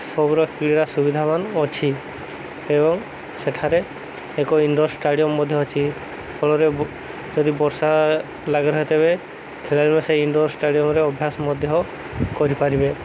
ସବୁର କ୍ରୀଡ଼ା ସୁବିଧାମାନ ଅଛି ଏବଂ ସେଠାରେ ଏକ ଇନ୍ ଡୋର ଷ୍ଟାଡ଼ିୟମ୍ ମଧ୍ୟ ଅଛି ଫଳରେ ଯଦି ବର୍ଷା ଲାଗି ରହିଥିବେ ଖେଳାଳି ସେ ଇନ୍ ଡୋର ଷ୍ଟାଡ଼ିୟମ୍ରେ ଅଭ୍ୟାସ ମଧ୍ୟ କରିପାରିବେ